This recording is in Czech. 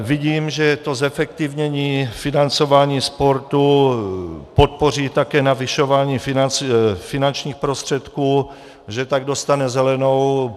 Vidím, že to zefektivnění financování sportu podpoří také navyšování finančních prostředků, že tak dostane zelenou.